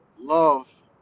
love